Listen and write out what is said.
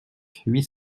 huit